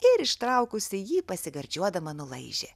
ir ištraukusi jį pasigardžiuodama nulaižė